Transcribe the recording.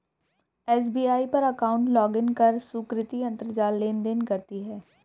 SBI पर account login कर सुकृति अंतरजाल लेनदेन करती है